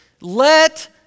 let